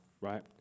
right